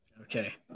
okay